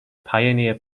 pioneer